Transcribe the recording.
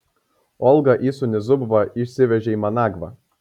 olga įsūnį zubą išsivežė į managvą